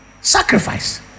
Sacrifice